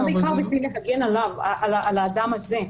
זה בעיקר כדי להגן עליו, על האדם הזה.